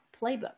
playbook